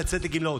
לצאת לגמלאות.